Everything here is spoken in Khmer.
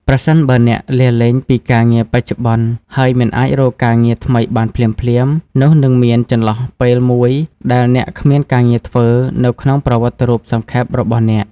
ប្រសិនបើអ្នកលាលែងពីការងារបច្ចុប្បន្ន ហើយមិនអាចរកការងារថ្មីបានភ្លាមៗ នោះនឹងមាន ចន្លោះពេលមួយដែលអ្នកគ្មានការងារធ្វើ នៅក្នុងប្រវត្តិរូបសង្ខេបរបស់អ្នក។